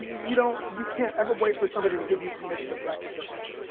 you you don't, you can't ever wait for somebody to give you permission to practice your art.